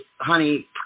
honey